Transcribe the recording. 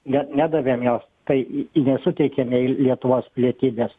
bet nedavėm jos tai į nesuteikiam jai lietuvos pilietybės